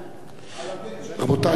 רבותי,